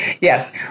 Yes